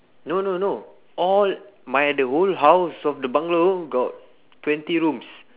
no no no all my the whole house of the bungalow got twenty rooms